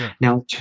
Now